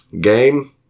Game